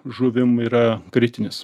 žuvim yra kritinis